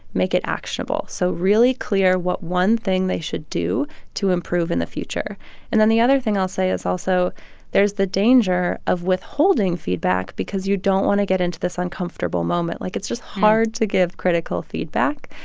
make it actionable so really clear what one thing they should do to improve in the future and then the other thing i'll say is also there's the danger of withholding feedback because you don't want to get into this uncomfortable moment. like, it's just hard to give critical feedback.